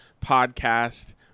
podcast